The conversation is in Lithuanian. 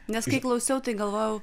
nes kai klausiau tai galvojau